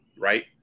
right